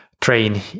train